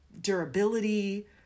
durability